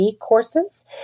courses